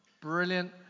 brilliant